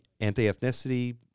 anti-ethnicity